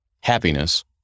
happiness